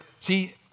See